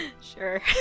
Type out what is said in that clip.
Sure